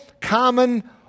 common